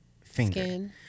finger